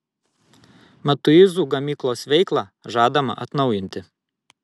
matuizų gamyklos veiklą žadama atnaujinti